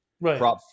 Right